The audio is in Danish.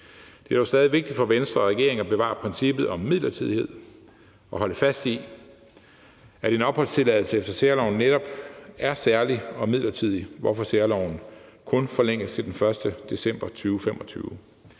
Det er dog stadig vigtigt for Venstre og regeringen at bevare princippet om midlertidighed og holde fast i, at en opholdstilladelse efter særloven netop er særlig og midlertidig, hvorfor særloven kun forlænges til den 1. december 2025.